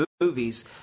movies